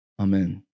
Amen